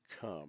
come